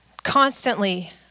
Constantly